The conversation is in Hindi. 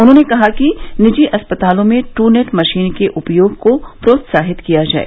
उन्होंने कहा कि निजी अस्पतालों में टूनेट मशीन के उपयोग को प्रोत्साहित किया जाए